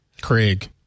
Craig